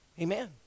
Amen